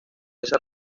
esa